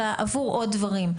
אלא עבור עוד דברים.